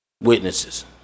witnesses